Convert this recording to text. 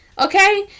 Okay